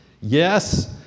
Yes